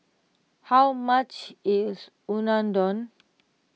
how much is Unadon